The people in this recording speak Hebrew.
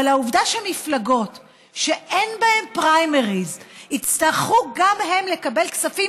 אבל העובדה שמפלגות שאין בהן פריימריז יצטרכו גם הן לקבל כספים.